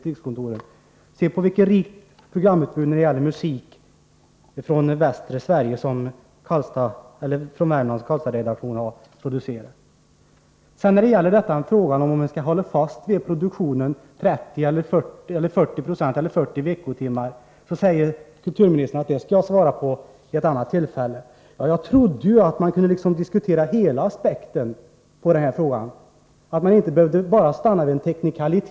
Studera det rika programutbudet av musik t.ex. som Karlstadredaktionen tillhandahåller västra Sverige. Beträffande frågan om huruvida man skall hålla fast vid en produktion om 30 eller 40 veckotimmar säger kulturministern att han skall ge ett svar vid annat tillfälle. Men jag trodde att vi här skulle kunna diskutera alla aspekter. Vi behöver väl inte inskränka oss till att diskutera enbart en teknikalitet.